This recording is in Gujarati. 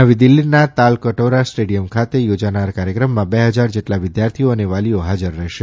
નવી દિલ્લીના તાલકટોરા સ્ટેડીયમ ખાતે થોજનાર કાર્યક્રમમાં બે હજાર જેટલા વિદ્યાર્થીઓ અને વાલીઓ હાજર રહેશે